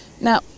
Now